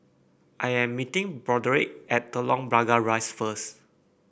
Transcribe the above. I am meeting Broderick at Telok Blangah Rise first